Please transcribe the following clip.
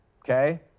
okay